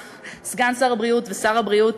סגן שר הבריאות ושר הבריאות